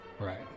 Right